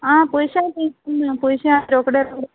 आं पयशा पयशा रोकड्या रोकडे